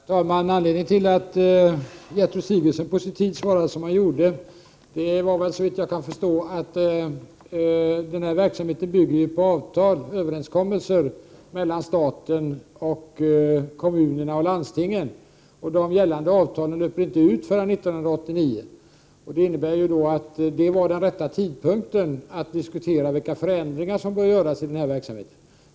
Herr talman! Anledningen till att Gertrud Sigurdsen på sin tid svarade som hon gjorde var, såvitt jag kan förstå, att denna verksamhet bygger på avtal, överenskommelser, mellan staten och kommunerna och landstingen. De Prot. 1988/89:122 gällande avtalen löper inte ut förrän 1989, som alltså är rätt tidpunkt att 26 maj 1989 diskutera vilka förändringar som bör göras i den här verksamheten.